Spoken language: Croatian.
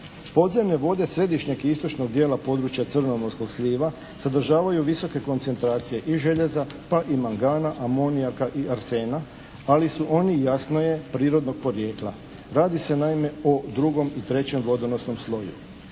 Podzemne vode središnjeg i istočnog dijela područja crnomorskog sliva sadržavaju visoke koncentracije i željeza, pa i mangana, amonijaka i arsena, ali su oni jasno je prirodnog porijekla. Radi se naime i drugom i trećem vodonosnom sloju.